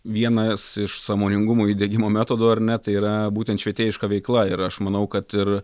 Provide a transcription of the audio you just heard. vienas iš sąmoningumo įdiegimo metodų ar ne tai yra būtent švietėjiška veikla ir aš manau kad ir